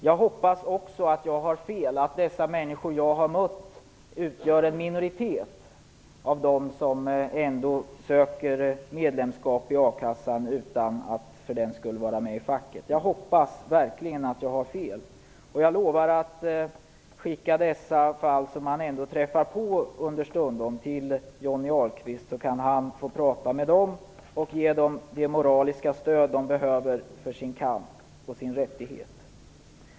Jag hoppas att jag har fel och att de människor jag har mött utgör en minoritet av dem som söker medlemskap i a-kassan utan att för den skull vara med i facket. Jag hoppas verkligen att jag har fel. Jag lovar att skicka de människor jag ändå understundom träffar på till Johnny Ahlqvist så att han kan få prata med dem och ge dem det moraliska stöd de behöver i kampen för sin rättighet.